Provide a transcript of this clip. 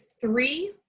three